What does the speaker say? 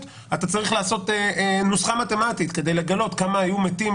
אתה צריך לעשות נוסחה מתמטית כדי לגלות כמה היו מתים